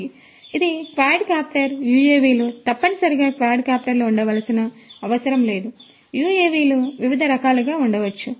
కాబట్టి ఇది quadcopter UAV లు తప్పనిసరిగా క్వాడ్కాప్టర్లుగా ఉండవలసిన అవసరం లేదు UAV లు వివిధ రకాలుగా ఉండవచ్చు